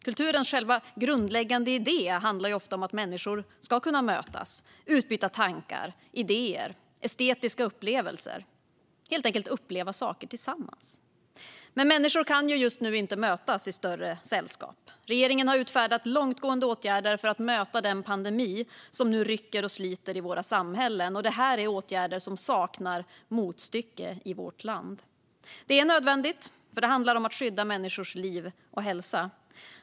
Kulturens själva grundläggande idé handlar ju ofta om att människor ska kunna mötas och utbyta tankar, idéer och estetiska upplevelser - helt enkelt uppleva saker tillsammans. Men människor kan just nu inte mötas i större sällskap. Regeringen har vidtagit långtgående åtgärder för att möta den pandemi som nu rycker och sliter i våra samhällen, åtgärder som saknar motstycke i vårt land. Detta är nödvändigt, för det handlar om att skydda människors liv och hälsa.